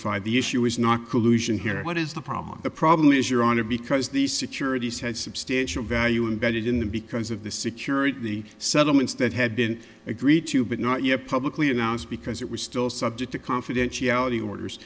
bonafide the issue is not collusion here what is the problem the problem is your honor because these securities had substantial value imbedded in them because of the security of the settlements that had been agreed to but not yet publicly announced because it was still subject to confidentiality orders